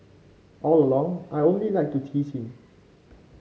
all along I only like to tease him